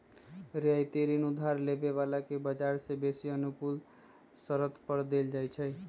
रियायती ऋण उधार लेबे बला के बजार से बेशी अनुकूल शरत पर देल जाइ छइ